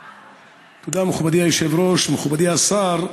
תודה, מכובדי היושב-ראש, מכובדי השר,